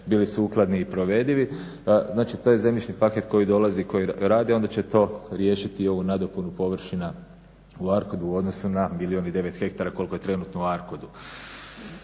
bili sukladni i provedivi. Znači to je zemljišni paket koji dolazi i koji radi, onda će to riješiti ovu nadopunu površina u ARCOD-u u odnosu na milijun i 9 hektara koliko je trenutno u ARCOD-u.